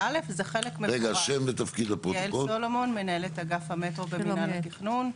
יעל סלומון, מנהלת אגף המטרו במינהל התכנון.